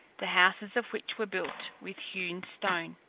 the houses of which were built with hewn stone.